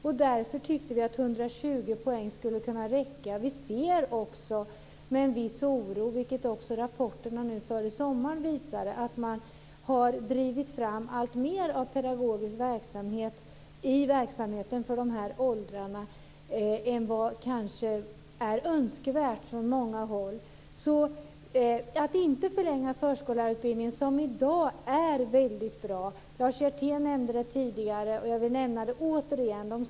Därför tycker vi att 120 poäng skulle kunna räcka. Vi ser även med en viss oro på att man, vilket också rapporterna nu före sommaren visade, på många håll har drivit fram alltmer av pedagogiska inslag i verksamheten för de här åldrarna än vad som kanske är önskvärt. Förskollärarutbildningen är i dag väldigt bra. Lars Hjertén nämnde tidigare detta, och jag vill återigen nämna det.